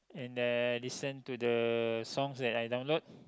and I listen to the songs that I download